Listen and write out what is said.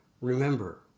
remember